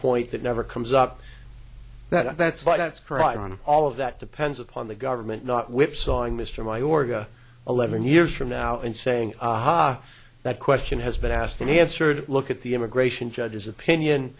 point that never comes up that that's like that's pride on all of that depends upon the government not whipsawing mr majorca eleven years from now and saying aha that question has been asked and answered look at the immigration judge's opinion